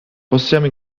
possiamo